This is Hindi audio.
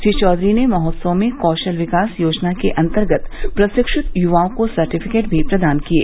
श्री चौधरी ने महोत्सव में कौशल विकास योजना के अंतर्गत प्रशिक्षित युवाओं को सर्टिफिकेट भी प्रदान किये